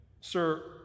Sir